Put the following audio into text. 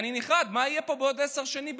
אני נחרד ממה שיהיה פה בעוד עשר שנים,